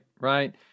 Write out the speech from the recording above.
right